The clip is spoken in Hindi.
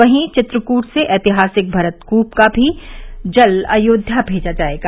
वहीं चित्रकूट से ऐतिहासिक भरतकूप का जल भी अयोध्या भेजा जाएगा